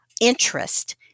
interest